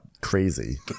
crazy